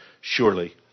surely